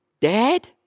dad